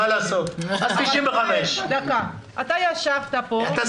מה לעשות, אז 95. אתה סיימת?